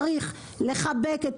צריך לחבק את